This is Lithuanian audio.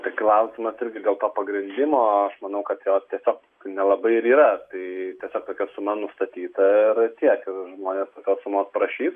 tai klausimas irgi dėl to pagrindimo aš manau kad jos tiesiog nelabai ir yra tai tiesiog tokia suma nustatyta ir tiek ir žmonės tokios sumos prašys